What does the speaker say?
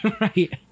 Right